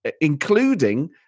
including